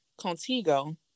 contigo